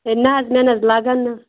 ہے نہَ حظ مےٚ نہَ حظ لَگن نہٕ